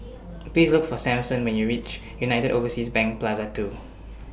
Please Look For Samson when YOU REACH United Overseas Bank Plaza two